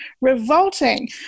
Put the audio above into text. revolting